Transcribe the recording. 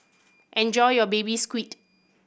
enjoy your Baby Squid